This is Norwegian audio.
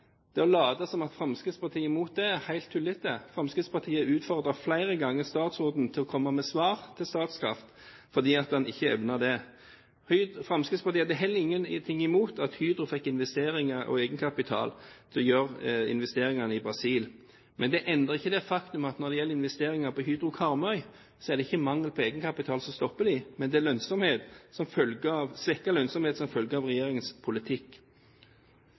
egenkapital: Å late som om Fremskrittspartiet er imot det, er helt tullete. Fremskrittspartiet har flere ganger utfordret statsråden til å komme med svar til Statkraft, fordi han ikke evner det. Fremskrittspartiet hadde heller ingenting imot at Hydro fikk investeringer og egenkapital til å gjøre investeringene i Brasil. Men det endrer ikke det faktum, når det gjelder investeringer på Hydro på Karmøy, at det ikke er mangel på egenkapital som stopper dem, men det er svekket lønnsomhet som følge av regjeringens politikk.